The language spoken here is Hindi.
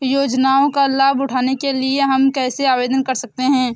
योजनाओं का लाभ उठाने के लिए हम कैसे आवेदन कर सकते हैं?